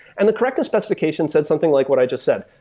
and the correctness specification said something like what i just said,